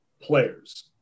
players